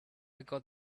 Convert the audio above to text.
got